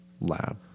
lab